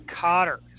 Cotter